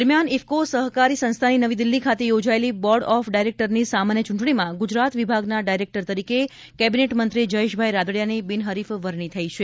દરમિયાન ઇફકો સહકારી સંસ્થાની નવી દિલ્હી ખાતે યોજાયેલી બોર્ડ ઓફ ડાયરેક્ટરની સામાન્ય ચૂંટણીમાં ગુજરાત વિભાગના ડાયરેક્ટર તરીકે કેબીનેટમંત્રી જયેશભાઈ રાદડીયાની બિનહરીફ વરણી થઇ છે